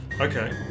Okay